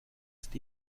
ist